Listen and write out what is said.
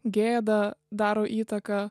gėda daro įtaką